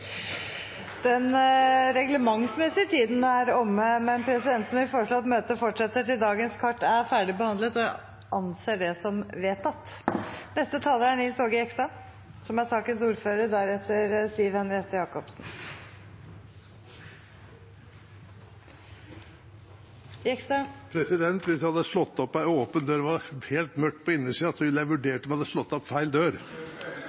Den reglementsmessige tiden er omme, men presidenten vil foreslå at møtet fortsetter til dagens kart er ferdigbehandlet. – Det anses vedtatt. Hvis jeg hadde slått opp en åpen dør, og det var helt mørkt på innsiden, ville jeg vurdert om jeg hadde slått opp feil dør.